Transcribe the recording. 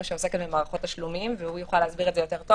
שעוסקת במערכות תשלומים והוא יוכל להסביר את זה טוב יותר,